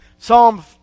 Psalm